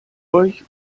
euch